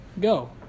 go